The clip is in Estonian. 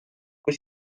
kui